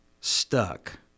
stuck